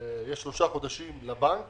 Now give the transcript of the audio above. לבנק